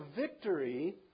victory